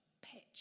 pitch